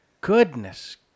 Goodness